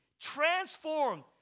transformed